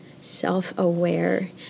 self-aware